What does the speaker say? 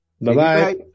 Bye-bye